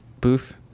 booth